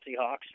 Seahawks